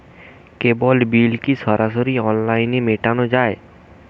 কেবল bill কি সরাসরি অনলাইনে মেটানো য়ায়?